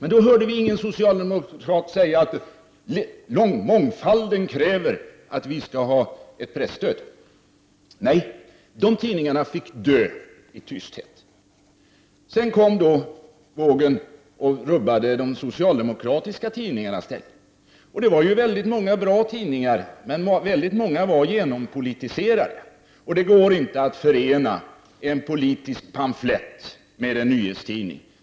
Men då hörde vi inte någon socialdemokrat säga att mångdfalden kräver att det finns ett presstöd. Nej, tidningarna fick dö i tysthet. Sedan kom en ny våg, och då var det de socialdemokratiska tidningarnas ställning som rubbades. Många tidningar var i och för sig väldigt bra. Men många var också genompolitiserade. Det går inte att förena en politisk pamflett med en nyhetstidning.